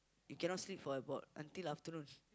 you cannot sleep for about until afternoon